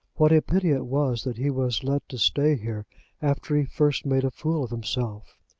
what a pity it was that he was let to stay here after he first made a fool of himself.